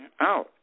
out